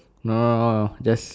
no no no no just